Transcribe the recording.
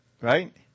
Right